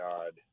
God